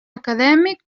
acadèmic